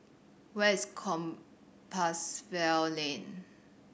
where is Compassvale Lane